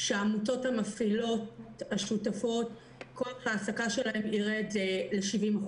זה שהעמותות המפעילות השותפות - כוח ההעסקה שלהן יירד ל-70%,